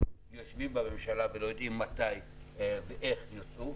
יושבים בממשלה ולא יודעים מתי ואיך יוצאו,